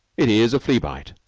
it is a flea-bite.